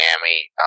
Miami